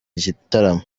gitaramo